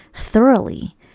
thoroughly